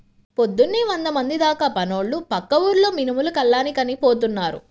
పొద్దున్నే వందమంది దాకా పనోళ్ళు పక్క ఊర్లో మినుములు కల్లానికని పోతున్నారు